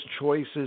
choices